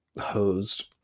hosed